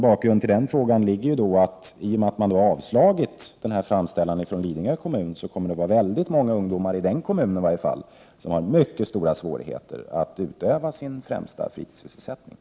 Bakgrunden till frågan är att, eftersom Lidingö kommuns framställan avslagits, många ungdomar kommer, åtminstone i den kommunen, att ha mycket stora svårigheter att utöva sin främsta fritidssysselsättning.